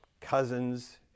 cousins